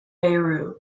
beirut